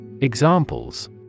Examples